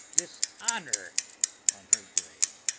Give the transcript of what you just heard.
dishonour on her grave?